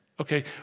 Okay